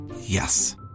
Yes